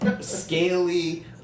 scaly